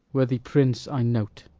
worthy prince, i know't.